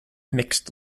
mixed